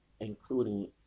Including